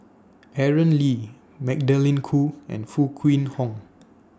Aaron Lee Magdalene Khoo and Foo Kwee Horng